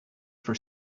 for